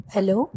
Hello